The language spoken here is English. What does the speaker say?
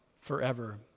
forever